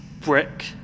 brick